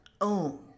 own